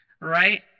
right